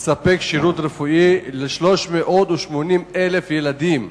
מספק שירות רפואי ל-380,000 ילדים.